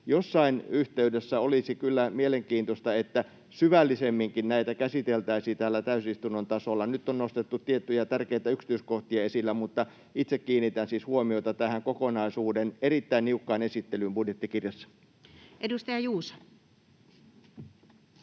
ja niin edelleen. Olisi kyllä mielenkiintoista, että jossain yhteydessä syvällisemminkin näitä käsiteltäisiin täällä täysistunnon tasolla. Nyt on nostettu tiettyjä tärkeitä yksityiskohtia esille, mutta itse kiinnitän siis huomiota tähän kokonaisuuden erittäin niukkaan esittelyyn budjettikirjassa. Edustaja Juuso.